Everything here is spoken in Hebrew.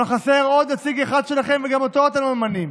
אבל חסר עוד נציג אחד שלכם וגם אותו אתם לא ממנים.